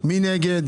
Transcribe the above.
מי נגד?